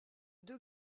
deux